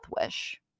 wish